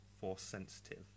Force-sensitive